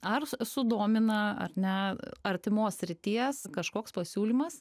ar sudomina ar ne artimos srities kažkoks pasiūlymas